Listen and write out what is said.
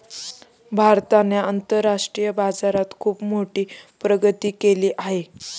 भारताने आंतरराष्ट्रीय बाजारात खुप मोठी प्रगती केली आहे